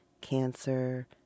cancer